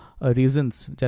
reasons